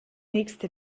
nächste